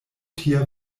tia